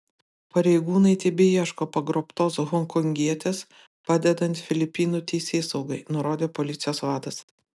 pareigūnai tebeieško pagrobtos honkongietės padedant filipinų teisėsaugai nurodė policijos vadas